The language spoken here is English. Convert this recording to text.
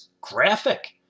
graphic